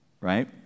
right